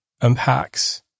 unpacks